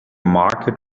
market